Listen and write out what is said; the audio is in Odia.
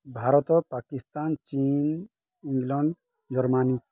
ଭାରତ ପାକିସ୍ତାନ୍ ଚୀନ୍ ଇଂଲଣ୍ଡ୍ ଜର୍ମାନୀ